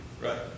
Right